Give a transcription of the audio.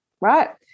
right